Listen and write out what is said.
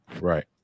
right